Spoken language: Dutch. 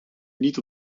niet